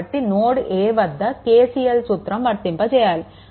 కాబట్టి node a వద్ద KCL సూత్రం వర్తింపజేయాలి